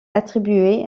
attribué